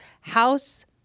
house